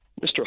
Mr